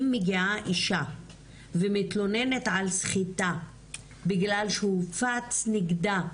אם מגיעה אישה ומתלוננת על סחיטה בגלל שהופץ נגדה